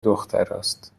دختراست